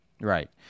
Right